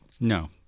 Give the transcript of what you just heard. No